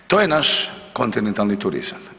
To je naš kontinentalni turizam.